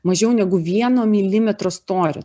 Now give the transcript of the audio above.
mažiau negu vieno milimetro storio